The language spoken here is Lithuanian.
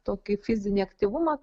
tokį fizinį aktyvumą